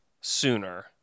sooner